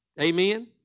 Amen